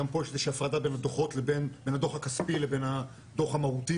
גם פה יש הפרדה בין הדו"ח הכספי לבין הדו"ח המהותי,